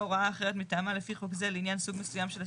הוראה אחרת מטעמה לפי חוק זה לעניין סוג מסוים של עסקים.